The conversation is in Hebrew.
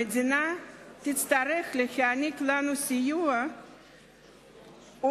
המדינה תצטרך להעניק לנו סיוע עוד